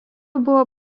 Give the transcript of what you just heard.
buvo